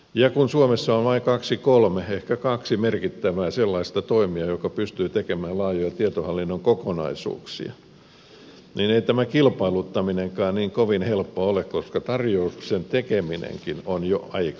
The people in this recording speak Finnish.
ja kun suomessa on vain kaksi kolme ehkä kaksi merkittävää sellaista toimijaa jotka pystyvät tekemään laajoja tietohallinnon kokonaisuuksia niin ei tämä kilpailuttaminenkaan niin kovin helppoa ole koska tarjouksen tekeminenkin on jo aika työlästä